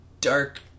dark